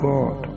God